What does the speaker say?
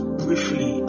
briefly